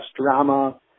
drama